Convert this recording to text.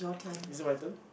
is it my turn